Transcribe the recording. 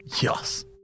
Yes